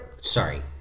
sorry